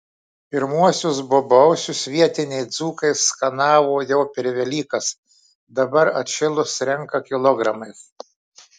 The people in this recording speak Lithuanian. pirmuosius bobausius vietiniai dzūkai skanavo jau per velykas dabar atšilus renka kilogramais